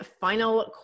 final